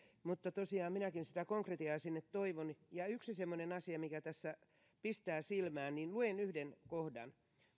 mutta tosiaan minäkin sitä konkretiaa sinne toivon yksi semmoinen asia mikä tässä pistää silmään luen yhden kohdan